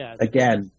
again